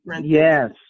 Yes